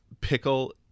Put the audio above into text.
Pickle